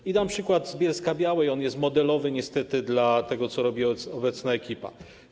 I dam przykład z Bielska-Białej, on jest modelowy niestety dla tego, co robi obecna ekipa.